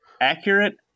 accurate